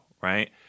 right